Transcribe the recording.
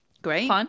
Great